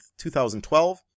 2012